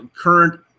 Current